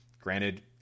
Granted